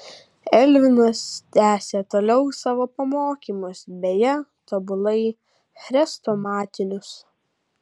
elvinas tęsė toliau savo pamokymus beje tobulai chrestomatinius